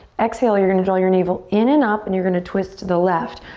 exhale, you're going to draw your navel in and up and you're going to twist to the left.